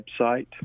website